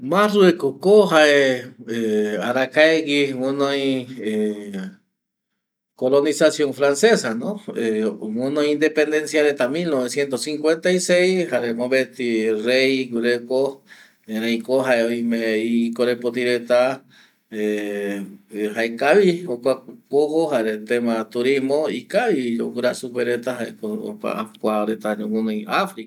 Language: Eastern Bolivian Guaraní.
Marruecos ko jae ˂hesitation˃ arakae gunoi colonizacion francesa gunoi independencia milnovecientos noventa y seis jare mopeti rey gureko erei jare jae oime ikorepoti reta jaekavi jokua ko ojo mopeti teta ipora rami